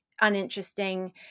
uninteresting